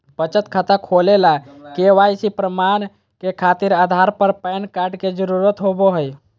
बचत खाता खोले ला के.वाइ.सी प्रमाण के खातिर आधार आ पैन कार्ड के जरुरत होबो हइ